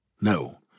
No